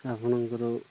ଆପଣଙ୍କର